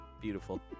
Beautiful